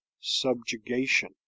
subjugation